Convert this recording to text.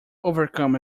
overcome